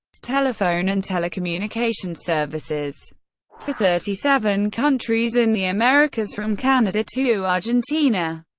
telephone and telecommunication services to thirty seven countries in the americas, from canada to argentina.